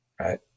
right